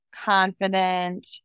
confident